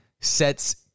sets